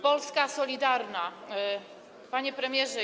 Polska solidarna, panie premierze.